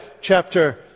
chapter